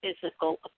physical